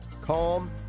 calm